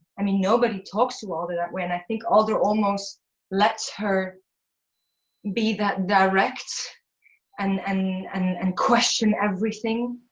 i mean, nobody talks to alder that way. and i think alder almost lets her be that direct and and and and question everything.